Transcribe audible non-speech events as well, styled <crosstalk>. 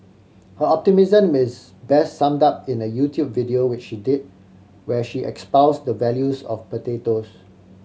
her optimism is best summed up in a YouTube video which she did where she espouse the <unintelligible> of potatoes